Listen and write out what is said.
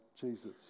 Jesus